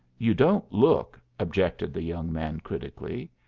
you don't look, objected the young man critically,